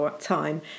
time